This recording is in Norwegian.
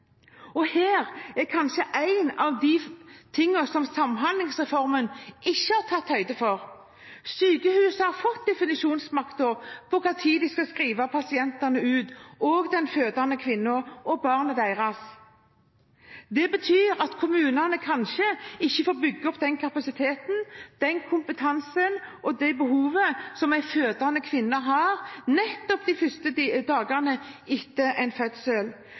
Og her har vi kanskje en av de tingene som samhandlingsreformen ikke har tatt høyde for. Sykehusene har fått definisjonsmakten over hvilken tid de skal skrive ut pasientene – kvinnene som har født, og barna deres. Det betyr at kommunene kanskje ikke får bygd opp kapasiteten og kompetansen som en fødende kvinne har behov for nettopp de første dagene etter en fødsel.